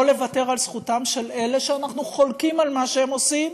לא לוותר על זכותם של אלה שאנחנו חולקים על מה שהם עושים,